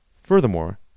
Furthermore